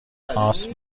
آسم